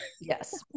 yes